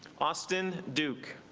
boston duke